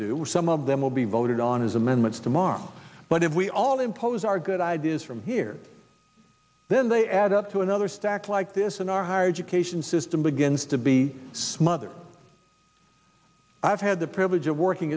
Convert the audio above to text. do some of them will be voted on as amendments tomorrow but if we all impose our good ideas from here then they add up to another stack like this in our higher education system begins to be smothered i've had the privilege of working